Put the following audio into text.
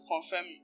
confirm